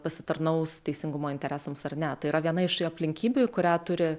pasitarnaus teisingumo interesams ar net yra viena iš aplinkybių į kurią turi